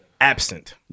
absent